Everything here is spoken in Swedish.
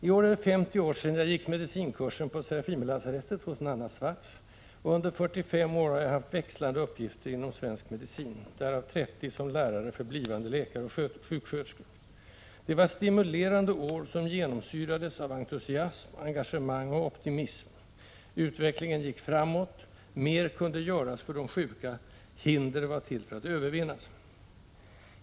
I år är det 50 år sedan jag gick medicinkursen på Serafimerlasarettet hos Nanna Svartz, och under 45 år har jag haft växlande uppgifter inom svensk medicin, därav 30 som lärare för blivande läkare och sjuksköterskor. Det var stimulerande år, som genomsyrades av entusiasm, engagemang och optimism: Utvecklingen gick framåt, mer kunde göras för de sjuka, hindren var till för att övervinnas.